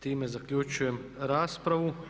Time zaključujem raspravu.